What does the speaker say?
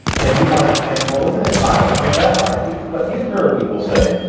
and you might think, well, isn't it? i don't know that i do but you've heard people say,